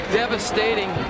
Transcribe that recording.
devastating